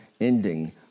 ending